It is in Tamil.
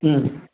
ம்